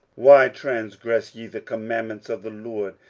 why transgress ye the commandments of the lord,